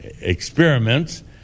experiments